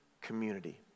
community